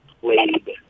played